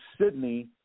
Sydney